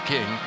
King